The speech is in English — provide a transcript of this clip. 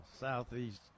southeast